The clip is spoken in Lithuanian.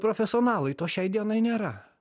profesionalai to šiai dienai nėra